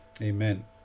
Amen